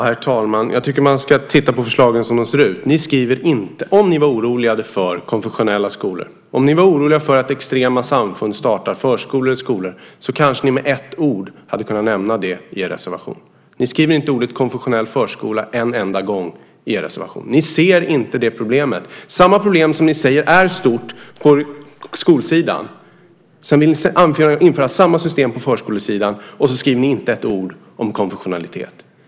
Herr talman! Jag tycker att man ska titta på förslagen som de ser ut. Om ni var oroliga för konfessionella skolor, om ni var oroliga för att extrema samfund startar förskolor eller skolor kanske ni med ett ord hade kunnat nämna det i er reservation. Ni skriver inte ordet konfessionell förskola en enda gång i er reservation. Ni ser inte det problemet, samma problem som ni säger är stort på skolsidan. Ni vill införa samma system på förskolesidan och skriver inte ett ord om konfessionalism.